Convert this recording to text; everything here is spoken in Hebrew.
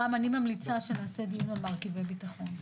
רם, אני ממליצה שנעשה דיון על מרכיבי ביטחון.